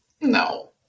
No